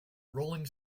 rolling